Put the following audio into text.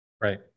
right